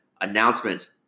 announcement